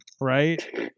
right